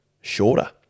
shorter